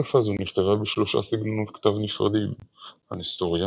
שפה זו נכתבה בשלושה סגנונות כתב נפרדים הנסטוריאני,